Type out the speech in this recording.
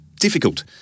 difficult